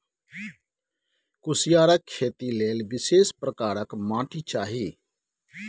कुसियारक खेती लेल विशेष प्रकारक माटि चाही